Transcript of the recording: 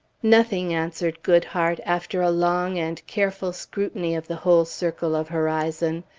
nothing, answered goodhart, after a long and careful scrutiny of the whole circle of horizon.